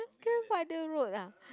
grandfather road ah